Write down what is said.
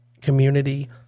community